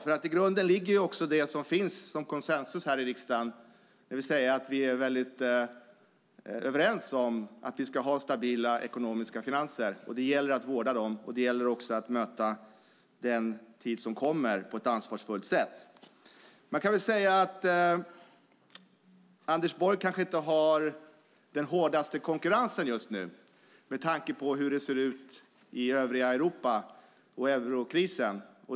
I grunden ligger också det som det finns konsensus om här i riksdagen, nämligen att vi ska ha stabila ekonomiska finanser. Det gäller att vårda dem, och det gäller att möta den tid som kommer på ett ansvarsfullt sätt. Anders Borg har kanske inte den hårdaste konkurrensen just nu med tanke på hur det ser ut i övriga Europa och med tanke på eurokrisen.